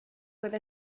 with